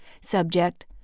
Subject